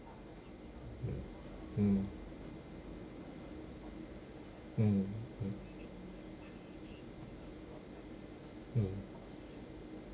mm mm mm mm mm